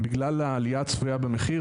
בגלל העלייה הצפויה במחיר,